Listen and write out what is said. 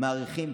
אנחנו מעריכים,